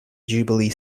jubilee